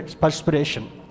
perspiration